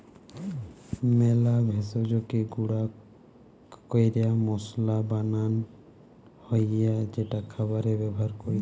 মেলা ভেষজকে গুঁড়া ক্যরে মসলা বানান হ্যয় যেটা খাবারে ব্যবহার হতিছে